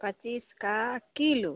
पच्चीस का किलो